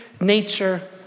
nature